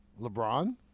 LeBron